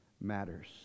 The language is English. matters